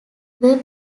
were